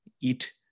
eat